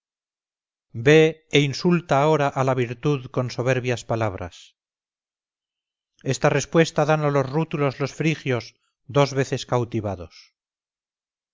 e insulta ahora a la virtud con soberbias palabras esta respuesta dan a los rútulos los frigios dos veces cautivados